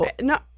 no